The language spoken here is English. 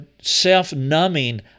self-numbing